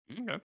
Okay